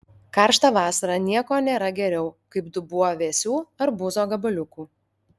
karštą vasarą nieko nėra geriau kaip dubuo vėsių arbūzo gabaliukų